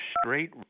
straight